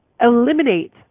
eliminate